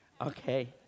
Okay